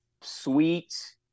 sweet